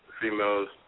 Females